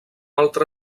altra